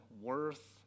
worth